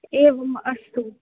एवम् अस्तु